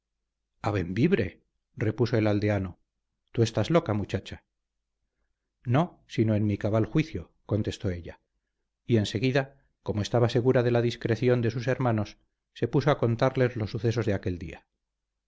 a bembibre repuso el aldeano tú estás loca muchacha no sino en mi cabal juicio contestó ella y enseguida como estaba segura de la discreción de sus hermanos se puso a contarles los sucesos de aquel día